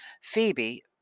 Phoebe